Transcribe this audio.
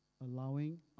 allowing